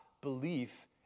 Belief